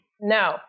No